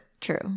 True